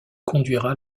conduira